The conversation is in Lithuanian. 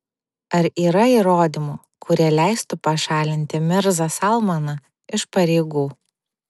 ar yra įrodymų kurie leistų pašalinti mirzą salmaną iš pareigų